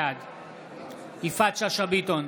בעד יפעת שאשא ביטון,